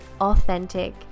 authentic